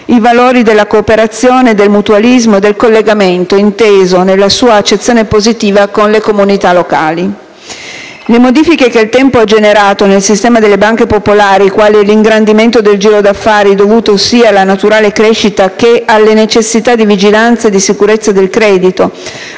i valori della cooperazione, del mutualismo e del collegamento, inteso nella sua accezione positiva, con le comunità locali. Le modifiche che il tempo ha generato nel sistema delle banche popolari quali l'ingrandimento del giro d'affari dovuto sia alla naturale crescita, che alle necessità di vigilanza e di sicurezza del credito,